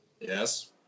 Yes